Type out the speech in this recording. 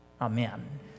Amen